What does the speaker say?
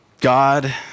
God